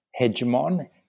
hegemon